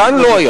כאן לא היה.